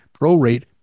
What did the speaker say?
prorate